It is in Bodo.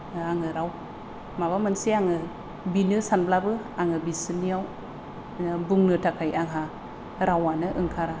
आङो माबा मोनसे आङो बिनो सानब्लाबो आङो बिसोरनियाव बुंनो थाखाय आंहा रावानो ओंखारा